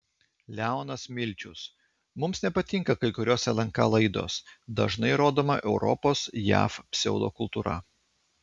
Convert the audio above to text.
leonas milčius mums nepatinka kai kurios lnk laidos dažnai rodoma europos jav pseudokultūra